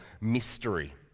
mystery